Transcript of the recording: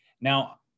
Now